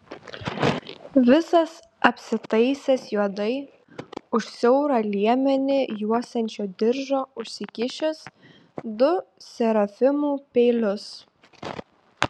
visas apsitaisęs juodai už siaurą liemenį juosiančio diržo užsikišęs du serafimų peilius